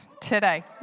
today